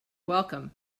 welcome